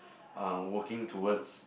uh working towards